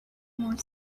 more